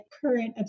current